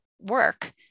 work